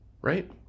right